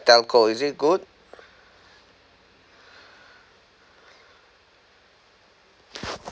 telco is it good